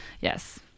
yes